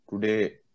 Today